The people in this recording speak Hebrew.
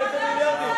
איזה מיליארדים?